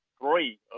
three